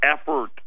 effort